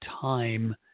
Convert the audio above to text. time